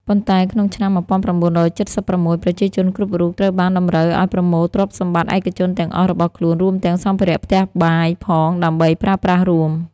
ប៉ុន្តែក្នុងឆ្នាំ១៩៧៦ ប្រជាជនគ្រប់រូប ត្រូវបានតម្រូវឱ្យប្រមូលទ្រព្យសម្បត្តិឯកជនទាំងអស់របស់ខ្លួន រួមទាំងសម្ភារៈផ្ទះបាយផង ដើម្បីប្រើប្រាស់រួម ។